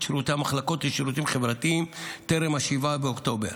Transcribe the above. שירותי המחלקות לשירותים חברתיים טרם 7 באוקטובר,